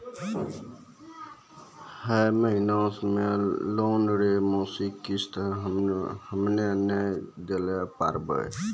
है महिना मे लोन रो मासिक किस्त हम्मे नै दैल पारबौं